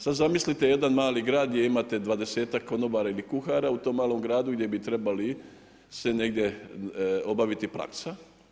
Sad zamislite jedan mali grad gdje ima dvadesetak konobara ili kuhara, u tom malom gradu gdje bi trebali se negdje obaviti praksa.